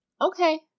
Okay